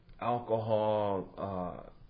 alcohol